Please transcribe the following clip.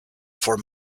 for